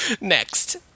Next